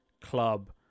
club